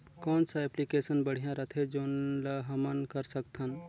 कौन सा एप्लिकेशन बढ़िया रथे जोन ल हमन कर सकथन?